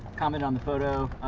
comment on the photo.